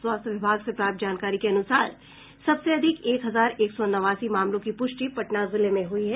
स्वास्थ्य विभाग से प्राप्त जानकारी के अनुसार सबसे अधिक एक हजार एक सौ नवासी मामलों की पुष्टि पटना जिले में हुई है